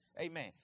Amen